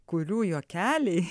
kurių juokeliai